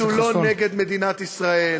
נשיא ארצות-הברית הוא לא נגד מדינת ישראל.